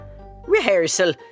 Rehearsal